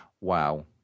Wow